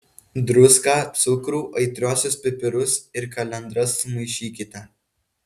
druską cukrų aitriuosius pipirus ir kalendras sumaišykite